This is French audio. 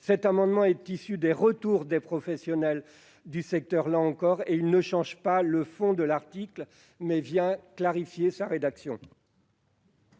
cet amendement est issue des retours des professionnels du secteur. Il ne vise pas à changer le fond de l'article, mais à en clarifier la rédaction.